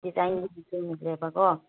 ꯗꯤꯖꯥꯏꯟꯒꯤ ꯃꯇꯨꯡ ꯏꯜꯂꯦꯕꯀꯣ